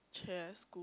[chey] at school